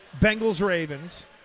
Bengals-Ravens